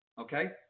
Okay